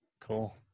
Cool